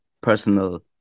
personal